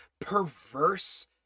perverse